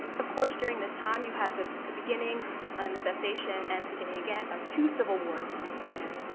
of course, during this time, you have the the beginning and the cessation and the beginning again of two civil wars in sudan.